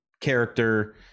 character